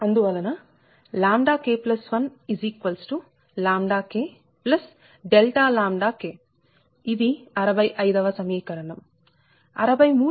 అందువలన K1Δఇది 65 వ సమీకరణం